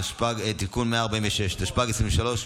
התשפ"ג 2023,